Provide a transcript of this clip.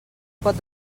pot